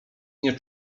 nie